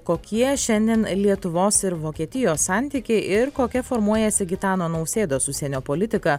kokie šiandien lietuvos ir vokietijos santykiai ir kokia formuojasi gitano nausėdos užsienio politika